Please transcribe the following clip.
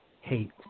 hate